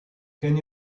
can